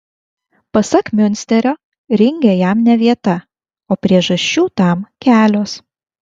pasak miunsterio ringe jam ne vieta o priežasčių tam kelios